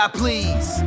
please